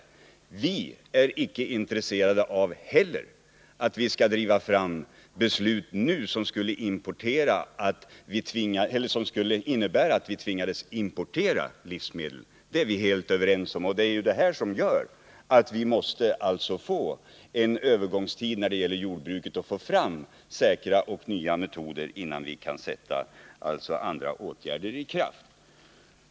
Inte heller vi är intresserade av att driva fram beslut som skulle innebära att vi tvingades importera livsmedel. På den punkten är vi helt överens. Det är ju det här som gör att vi måste få en övergångstid när det gäller jordbruket, så att vi får fram säkra och nya metoder, innan andra åtgärder kan vidtas.